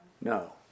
No